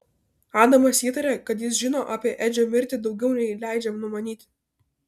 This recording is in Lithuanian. adamas įtarė kad jis žino apie edžio mirtį daugiau nei leidžia numanyti